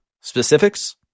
specifics